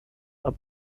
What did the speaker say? are